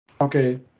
Okay